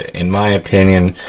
in my opinion,